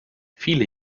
viele